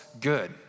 good